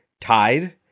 tied